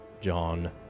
John